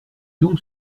donc